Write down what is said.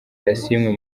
yasinywe